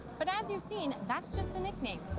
but as you've seen, that's just a nickname.